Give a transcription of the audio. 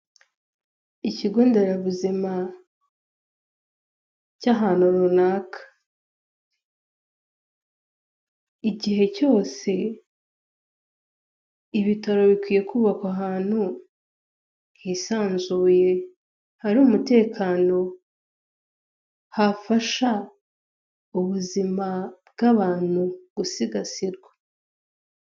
Ikigonderabuzima cy'ahantu runaka igihe cyose ibitaro bikwiye kubakwa ahantu hisanzuye, hari umutekano, hafasha ubuzima bw'abantu gusigasirwa.